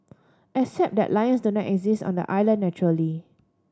except that lions do not exist on the island naturally